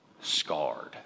scarred